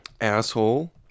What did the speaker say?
asshole